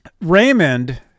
Raymond